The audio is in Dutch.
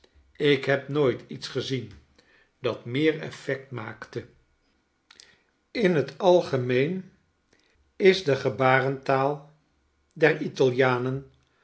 ik heb nooit iets gezien dat meer effect maakte in het algemeen is de gebaren taal der italianen